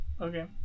Okay